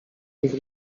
nich